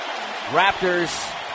Raptors